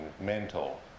mental